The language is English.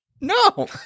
No